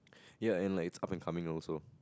ya and likes up and coming also